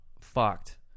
fucked